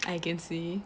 I can see